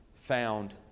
found